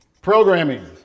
Programming